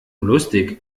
lustig